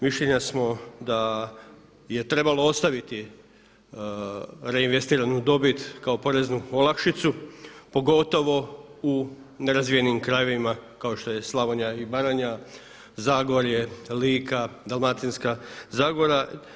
Mišljenja smo da je trebalo ostaviti reinvestiranu dobit kao poreznu olakšicu pogotovo u nerazvijenim krajevima kao što je Slavonija i Baranja, Zagorje, Lika, Dalmatinska zagora.